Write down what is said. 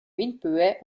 windböe